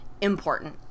important